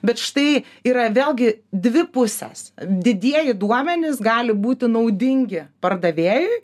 bet štai yra vėlgi dvi pusės didieji duomenys gali būti naudingi pardavėjui